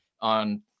on